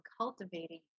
cultivating